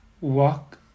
walk